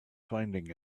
finding